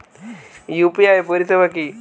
UPI পরিসেবা কি?